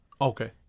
Okay